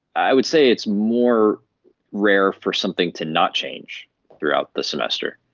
i would say it's more rare for something to not change throughout the semester.